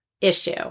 issue